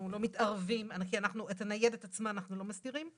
כי את הניידת עצמה אנחנו לא מסתירים.